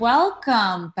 Welcome